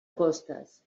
costes